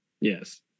Yes